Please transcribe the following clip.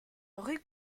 rue